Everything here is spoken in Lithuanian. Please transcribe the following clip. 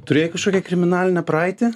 turėjai kažkokią kriminalinę praeitį